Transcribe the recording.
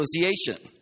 association